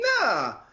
Nah